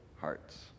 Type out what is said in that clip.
hearts